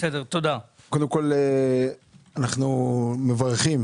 קודם כול, אנחנו מברכים